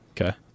Okay